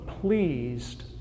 pleased